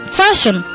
fashion